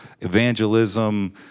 evangelism